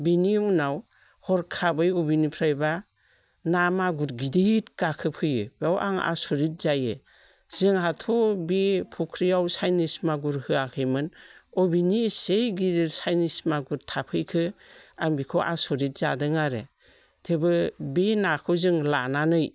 बेनि उनाव हरखाबै बबेनिफ्रायबा ना मागुर गिदिर गाखो फैयो बेयाव आं आसरित जायो जोंहाथ' बे फख्रियाव चाइनिस मागुर होआखैमोन बबेनि इसे गिदिर चाइनिस मागुर थाफैखो आं बेखौ आसरित जादों आरो थेवबो बे नाखौ जों लानानै